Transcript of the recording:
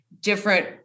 different